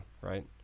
Right